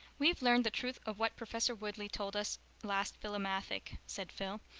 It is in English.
we've learned the truth of what professor woodleigh told us last philomathic, said phil.